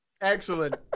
Excellent